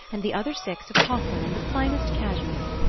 and the other six of poplin and the finest cashmere.